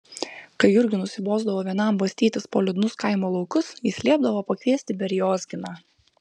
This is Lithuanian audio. kai jurgiui nusibosdavo vienam bastytis po liūdnus kaimo laukus jis liepdavo pakviesti beriozkiną